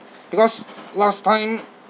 because last time